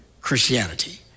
Christianity